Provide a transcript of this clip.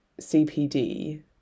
CPD